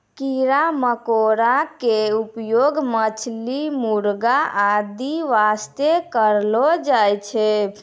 कीड़ा मकोड़ा के उपयोग मछली, मुर्गी आदि वास्तॅ करलो जाय छै